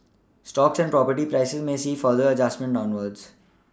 stocks and property prices may see further adjustments downwards